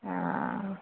हँ